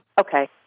Okay